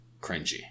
cringy